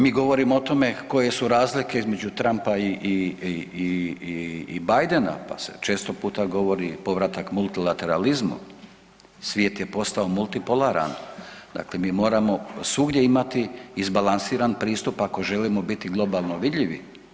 Mi govorimo o tome koje su razlike između Trumpa i Bidena, pa se često puta govori povratak multilateralizma, svijet je postao multipolaran dakle mi moramo svugdje imati izbalansiran pristup ako želimo biti globalno vidljivi.